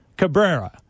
Cabrera